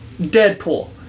Deadpool